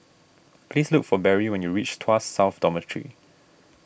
please look for Barry when you reach Tuas South Dormitory